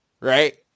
Right